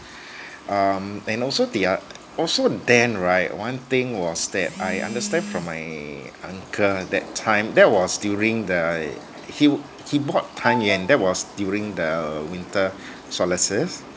um and also their also then right one thing was that I understand from my uncle that time that was during the he he bought tang yuan that was during the winter solstice